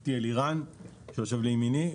איתי אלירן שיושב לימיני,